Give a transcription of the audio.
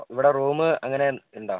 ഇവിടെ റൂമ് അങ്ങനെ ഉണ്ടോ